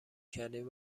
کردین